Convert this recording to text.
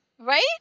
Right